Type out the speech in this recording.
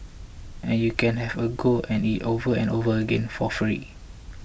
and you can have a go at it over and over again for free